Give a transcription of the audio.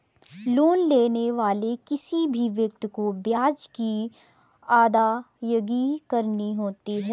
loan लेने वाले किसी भी व्यक्ति को ब्याज की अदायगी करनी होती है